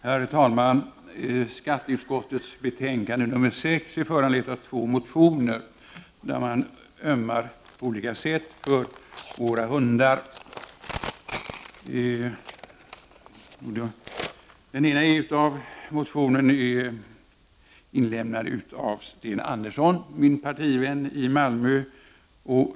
Herr talman! Skatteutskottets betänkande nr 6 är föranlett av två motioner där man på olika sätt ömmar för våra hundar. Den ena motionen är inlämnad av min partivän Sten Andersson i Malmö.